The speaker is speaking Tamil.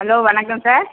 ஹலோ வணக்கம் சார்